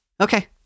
Okay